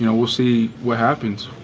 you know we'll see what happens.